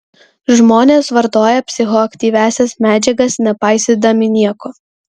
žmonės vartoja psichoaktyviąsias medžiagas nepaisydami nieko